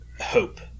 hope